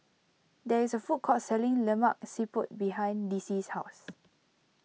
there is a food court selling Lemak Siput behind Dicie's house